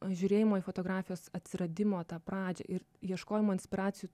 žiūrėjimo į fotografijos atsiradimo tą pradžią ir ieškojimo inspiracijų